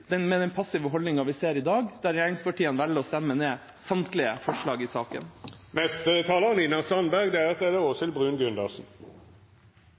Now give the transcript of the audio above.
den passive holdningen vi ser i dag, der regjeringspartiene velger å stemme ned samtlige forslag i saken.